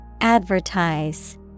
advertise